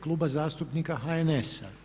Kluba zastupnika HNS-a.